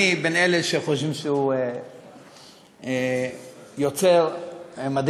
אני בין אלה שחושבים שהוא יוצר מדהים,